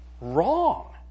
wrong